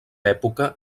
època